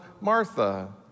Martha